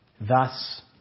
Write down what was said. Thus